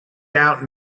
out